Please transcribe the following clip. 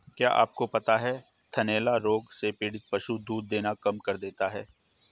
क्या आपको पता है थनैला रोग से पीड़ित पशु दूध देना कम कर देता है?